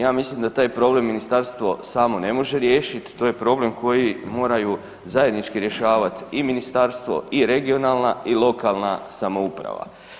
Ja mislim da taj problem ministarstvo samo ne može riješit, to je problem koji moraju zajednički rješavat i ministarstvo i regionalna i lokalna samouprava.